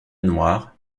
noire